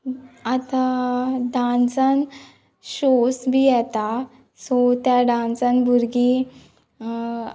आतां डांसान शोज बी येता सो त्या डांसान भुरगीं